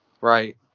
right